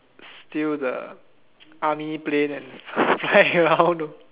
steal the army plane and fly around